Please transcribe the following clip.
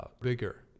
bigger